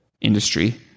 industry